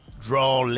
Draw